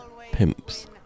pimps